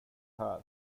här